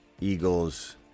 Eagles